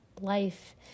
life